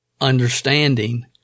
understanding